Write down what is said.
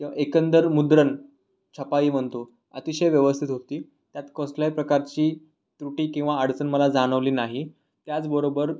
किंवा एकंदर मुद्रण छपाई म्हणतो अतिशय व्यवस्थित होती त्यात कसल्याही प्रकारची त्रुटी किंवा अडचण मला जाणवली नाही त्याचबरोबर